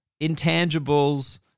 intangibles